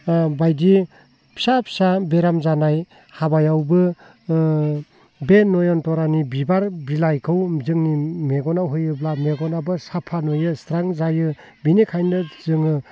बायदि फिसा फिसा बेराम जानाय हाबायावबो बे नयनतरानि बिबार बिलाइखौ जोंनि मेगनाव होयोब्ला मेगनाबो साफा नुयो स्रां जायो बेनिखायनो जोङो